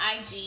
IG